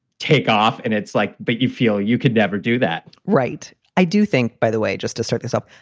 take off. and it's like. but you feel you could never do that, right? i do think, think, by the way, just to set this up.